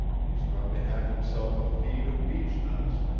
he's going to have himself a feed of beech nuts.